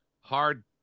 hard